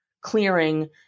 clearing